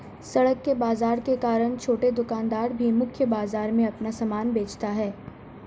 सड़क के बाजार के कारण छोटे दुकानदार भी मुख्य बाजार में अपना सामान बेचता है